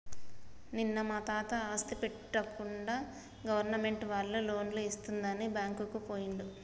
నిన్న మా తాత ఆస్తి పెట్టకుండా గవర్నమెంట్ వాళ్ళు లోన్లు ఇస్తుందని బ్యాంకుకు పోయిండు